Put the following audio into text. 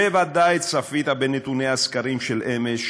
בוודאי צפית בנתוני הסקרים של אמש,